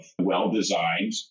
well-designed